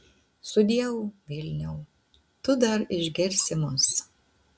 sudieu vilniau tu dar išgirsi mus